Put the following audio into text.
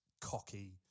cocky